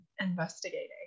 investigating